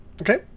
Okay